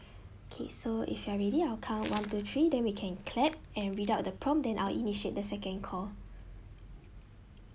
okay so if you are ready I'll count one two three then we can clap and read out the prompt then I'll initiate the second call